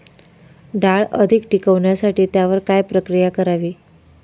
डाळ अधिक टिकवण्यासाठी त्यावर काय प्रक्रिया करावी?